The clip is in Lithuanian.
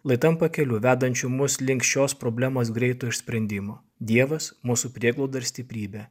lai tampa keliu vedančiu mus link šios problemos greito išsprendimo dievas mūsų prieglauda ir stiprybė